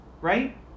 right